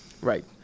Right